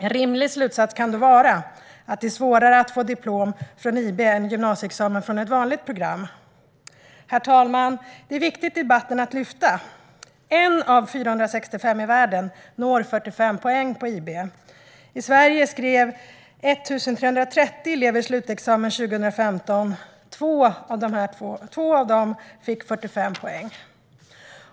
En rimlig slutsats kan vara att det är svårare att få diplom från IB än gymnasieexamen från ett vanligt program. Herr talman! Det är viktigt att lyfta fram i debatten att 1 av 465 i världen når 45 poäng på IB. I Sverige skrev 1 330 elever slutexamen 2015. Två av dessa fick 45 poäng.